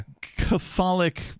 Catholic